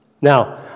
Now